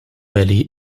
valley